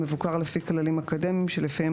המבוקר לפי כללים אקדמיים - Peer reviewed journal - שלפיהם